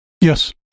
Yes